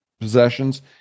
possessions